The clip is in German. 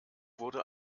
wurde